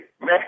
Man